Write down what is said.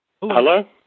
Hello